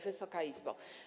Wysoka Izbo!